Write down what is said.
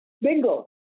Bingo